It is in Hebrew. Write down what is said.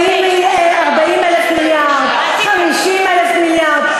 40,000 מיליארד, 50,000 מיליארד.